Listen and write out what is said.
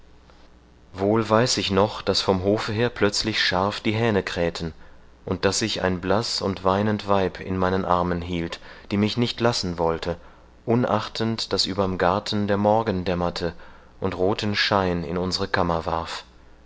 wohl weiß ich noch daß vom hofe her plötzlich scharf die hähne krähten und daß ich ein blaß und weinend weib in meinen armen hielt die mich nicht lassen wollte unachtend daß überm garten der morgen dämmerte und rothen schein in unsre kammer warf